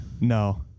No